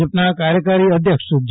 ભાજપના કાર્યકારી અધ્યક્ષ જે